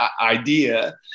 idea